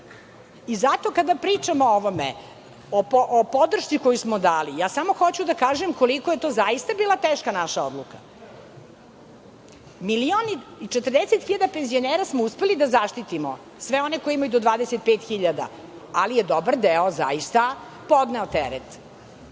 kada pričamo o ovome o podršci koju smo dali, ja samo hoću da kažem koliko je to zaista bila teška naša odluka. Milion i četrdeset hiljada penzionera smo uspeli da zaštitimo, sve one koji imaju do 25 hiljada, ali je dobar deo zaista podneo teret.